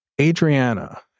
Adriana